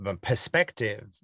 perspective